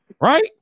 Right